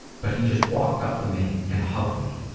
but he just walked up to me and hugged me,